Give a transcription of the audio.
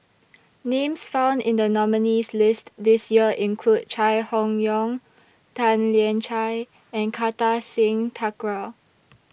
Names found in The nominees' list This Year include Chai Hon Yoong Tan Lian Chye and Kartar Singh Thakral